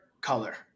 color